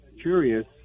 curious